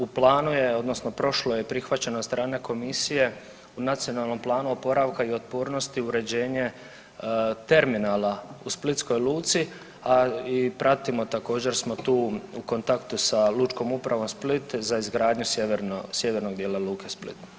U planu je odnosno prošlo je, prihvaćeno od strane komisije u Nacionalnom planu oporavka i otpornosti uređenje terminala u splitskoj luci, a i pratimo, također smo tu u kontaktu s Lučkom upravom Split za izgradnju sjeverno, sjevernog dijela luke Split.